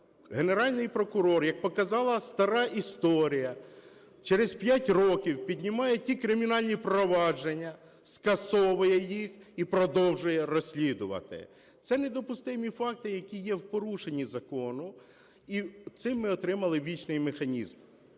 Генеральний прокурор, як показала стара історія, через п'ять років піднімає ті кримінальні провадження, скасовує їх і продовжує розслідувати. Це недопустимі факти, які є в порушенні закону, і цим ми отримали вічний механізм.